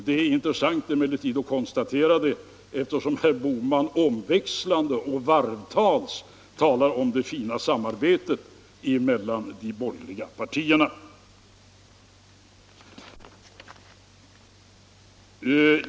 Det är emellertid intressant att konstatera detta, eftersom herr Bohman mellan varven talar om det fina samarbetet mellan de borgerliga partierna.